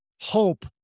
hope